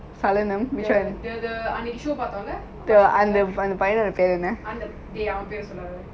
அந்த டேய் அவன் பெரு சொல்லாத டேய் அவன் பெரு சொல்லாத இல்ல அந்த மீன் பொண்ணு:antha dei avan peru solatha dei avan peru solatha illa antha meen ponnu